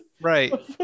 Right